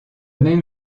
même